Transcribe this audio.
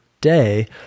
day